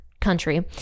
country